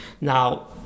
now